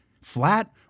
flat